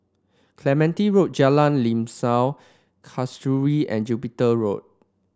Clementi Road Jalan Limau Kasturi and Jupiter Road